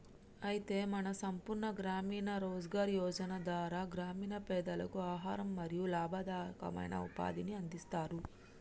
అయితే మన సంపూర్ణ గ్రామీణ రోజ్గార్ యోజన ధార గ్రామీణ పెదలకు ఆహారం మరియు లాభదాయకమైన ఉపాధిని అందిస్తారు